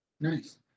Nice